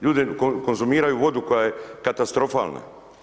Ljudi konzumiraju vodu koja je katastrofalna.